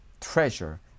treasure